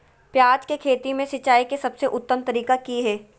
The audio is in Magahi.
प्याज के खेती में सिंचाई के सबसे उत्तम तरीका की है?